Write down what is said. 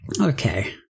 Okay